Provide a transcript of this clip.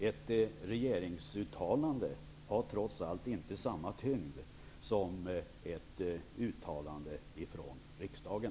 Ett regeringsuttalande har trots allt inte samma tyngd som ett uttalande från riksdagen.